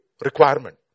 requirement